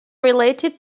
related